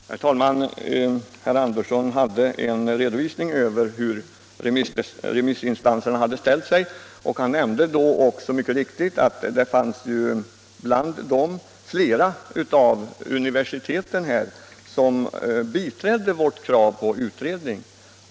Herr talman! Herr Andersson i Lycksele lämnade en redovisning för hur remissinstanserna hade ställt sig, och han nämnde mycket riktigt att det bland dem fanns flera universitet som biträtt vårt krav på utredning.